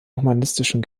humanistischen